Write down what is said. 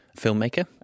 filmmaker